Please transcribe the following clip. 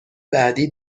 بعدی